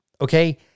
Okay